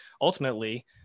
ultimately